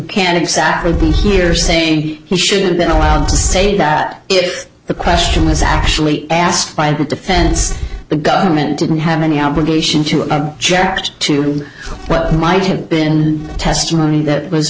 can't exactly be here saying he should have been allowed to say that if the question was actually asked by the defense the government didn't have any obligation to a charity to what might have been testimony that was